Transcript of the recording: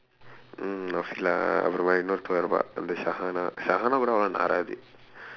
mm அப்புறம் மேலே இன்னொருத்தன் வருவான் அந்த:appuram meelee innoruththan varuvaan andtha கூட அவ்வளவு நாராது:kuuda avvalavu naaraathu